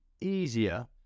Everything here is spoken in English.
easier